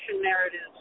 narratives